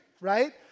right